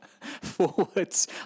forwards